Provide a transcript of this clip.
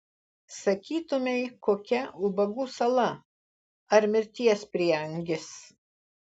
sakytumei kokia ubagų sala ar mirties prieangis